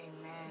Amen